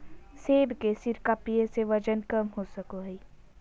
सेब के सिरका पीये से वजन कम हो सको हय